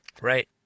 Right